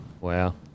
Wow